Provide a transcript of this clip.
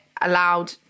allowed